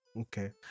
okay